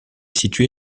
situé